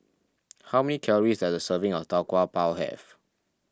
how many calories does a serving of Tau Kwa Pau have